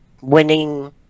Winning